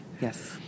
Yes